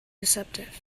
deceptive